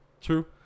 True